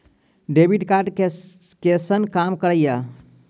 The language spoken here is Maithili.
डेबिट कार्ड कैसन काम करेया?